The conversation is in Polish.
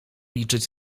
liczyć